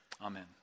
amen